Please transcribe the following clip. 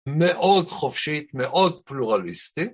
מאוד חופשית, מאוד פלורליסטית.